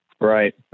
right